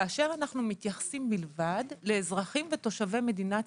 אנו מתייחסים מלבד לאזרחים ותושבי מדינת